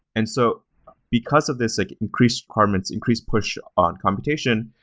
and so because of this like increased requirements, increased push on computation,